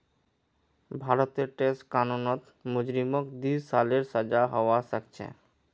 भारतेर टैक्स कानूनत मुजरिमक दी सालेर सजा हबा सखछे